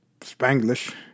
Spanglish